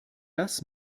das